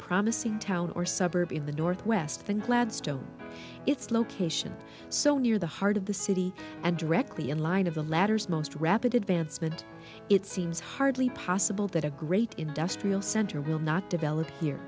promising town or suburb in the north west than gladstone its location so near the heart of the city and directly in line of the latter's most rapid advancement it seems hardly possible that a great industrial center will not develop here